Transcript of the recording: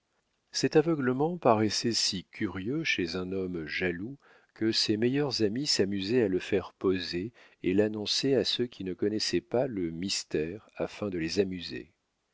cet aveuglement paraissait si curieux chez un homme jaloux que ses meilleurs amis s'amusaient à le faire poser et l'annonçaient à ceux qui ne connaissaient pas le mystère afin de les amuser